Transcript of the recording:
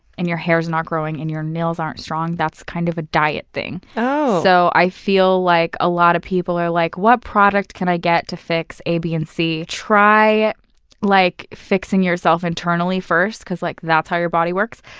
and your hair's not growing, and your nails aren't strong, that's kind of a diet thing. so i feel like a lot of people are like, what product can i get to fix a, b and c? try like fixing yourself internally first because like that's how your body works.